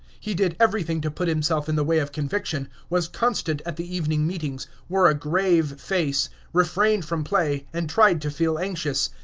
he did everything to put himself in the way of conviction, was constant at the evening meetings, wore a grave face, refrained from play, and tried to feel anxious.